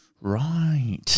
Right